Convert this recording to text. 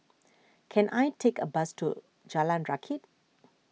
can I take a bus to Jalan Rakit